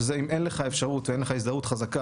שזה אם אין לך אפשרות ואין לך הזדהות חזקה,